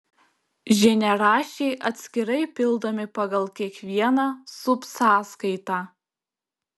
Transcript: žiniaraščiai atskirai pildomi pagal kiekvieną subsąskaitą